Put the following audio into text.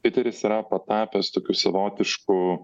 tviteris yra patapęs tokiu savotišku